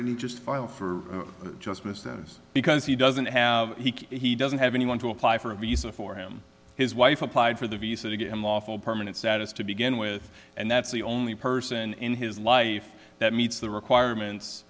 didn't just file for just business because he doesn't have he doesn't have anyone to apply for a visa for him his wife applied for the visa to get him lawful permanent status to begin with and that's the only person in his life that meets the requirements